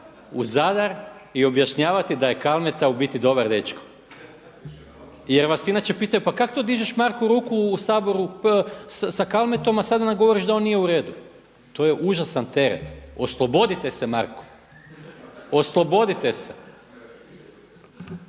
u Zadar i objašnjavati da je Kalmeta u biti dobar dečko jer vas inače pitaju pa kak to dižeš Marko ruku u Saboru sa Kalmetom, a sada nam govoriš da oni nije uredu. To je užasan teret, oslobodite se Marko. Oslobodite se.